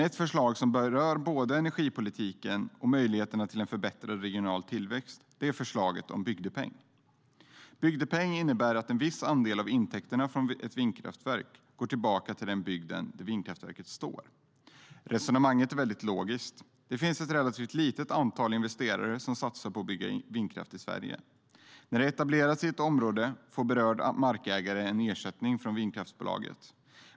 Ett förslag som berör både energipolitiken och möjligheterna till en förbättrad regional tillväxt är förslaget om bygdepeng. Bygdepeng innebär att en viss andel av intäkterna från ett vindkraftverk går tillbaka till den bygd där vindkraftverket står. Resonemanget är väldigt logiskt. Det finns ett relativt litet antal investerare som satsar på att bygga ut vindkraft i Sverige. När det etableras i ett område får berörd markägare en ersättning från vindkraftsbolaget.